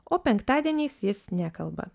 o penktadieniais jis nekalba